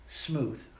smooth